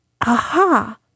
aha